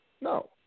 No